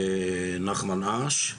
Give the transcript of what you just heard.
נחמן אש,